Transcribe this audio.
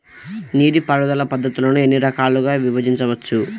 నీటిపారుదల పద్ధతులను ఎన్ని రకాలుగా విభజించవచ్చు?